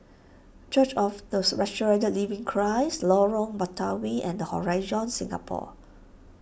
Church of the Resurrected Living Christ Lorong Batawi and Horizon Singapore